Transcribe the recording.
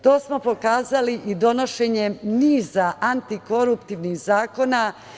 To smo pokazali i donošenjem niza antikoruptivnih zakona.